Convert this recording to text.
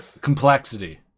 complexity